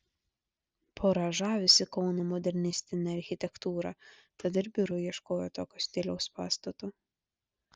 pora žavisi kauno modernistine architektūra tad ir biurui ieškojo tokio stiliaus pastato